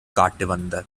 காட்டவந்த